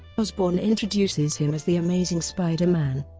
osborn introduces him as the amazing spider-man,